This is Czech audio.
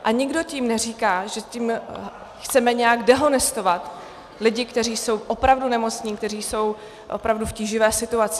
A nikdo tím neříká, že tím chceme nějak dehonestovat lidi, kteří jsou opravdu nemocní, kteří jsou opravdu v tíživé situaci.